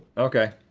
okay,